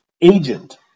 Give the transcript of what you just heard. agent